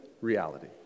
reality